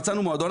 מצאנו מועדון,